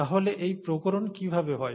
তাহলে এই প্রকরণ কীভাবে হয়